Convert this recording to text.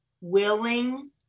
willing